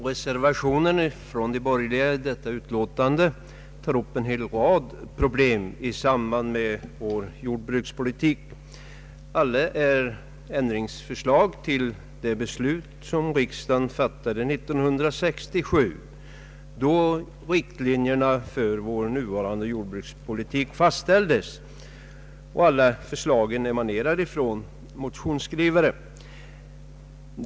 Herr talman! Den borgerliga reservationen vid detta utlåtande tar upp en hel rad problem i samband med vår jordbrukspolitik. Reservanterna vill ha ändringar i det beslut som riksdagen fattade 1967, då riktlinjerna för vår nuvarande jordbrukspolitik fastställdes, och alla förslagen emanerar från motionsskrivare.